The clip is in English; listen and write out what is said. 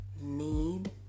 need